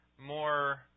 more